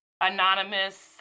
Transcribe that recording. anonymous